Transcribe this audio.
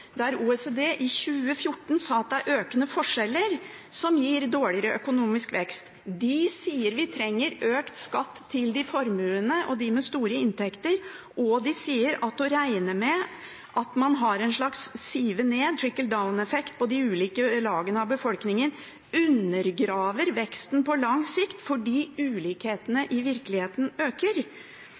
OECD sa i 2014 at det er økende forskjeller som gir dårligere økonomisk vekst: De sier at vi trenger økt skatt til de formuende og de med store inntekter, og de sier at å regne med at man har en slags «trickle down»-effekt på de ulike lagene av befolkningen, undergraver veksten på lang sikt, fordi ulikhetene i virkeligheten øker.